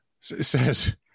says